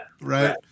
right